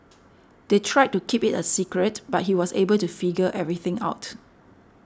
they tried to keep it a secret but he was able to figure everything out